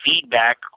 feedback